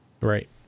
right